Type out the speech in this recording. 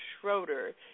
Schroeder